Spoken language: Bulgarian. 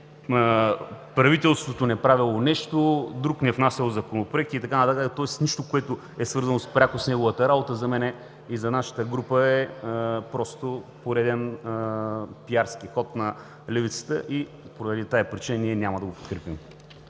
правителството не правело нещо, друг не внасял законопроекти и така нататък, тоест нищо, което е свързано пряко с неговата работа, за мен и за нашата група е просто пореден пиарски ход на левицата и поради тази причина няма да го подкрепим.